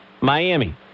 Miami